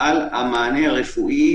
על המענה הרפואי.